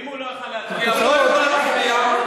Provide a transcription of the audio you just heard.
אם הוא לא יכול היה להצביע.